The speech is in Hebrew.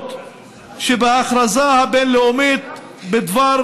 העקרונות שבהכרזה הבין-לאומית בדבר